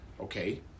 Okay